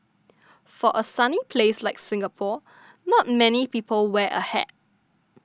for a sunny place like Singapore not many people wear a hat